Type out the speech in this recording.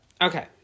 okay